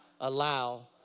allow